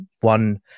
One